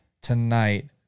tonight